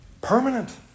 Permanent